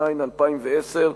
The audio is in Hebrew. התש"ע 2010,